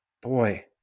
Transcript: boy